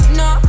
no